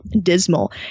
dismal